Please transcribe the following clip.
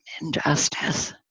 injustice